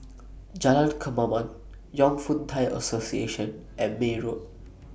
Jalan Kemaman Fong Yun Thai Association and May Road